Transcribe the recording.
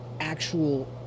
actual